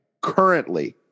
currently